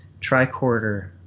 Tricorder